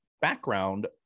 background